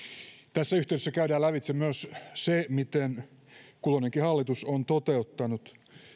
tässä yhteydessä käydään lävitse myös se miten kulloinenkin hallitus on toteuttanut